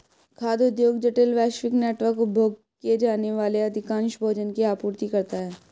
खाद्य उद्योग जटिल, वैश्विक नेटवर्क, उपभोग किए जाने वाले अधिकांश भोजन की आपूर्ति करता है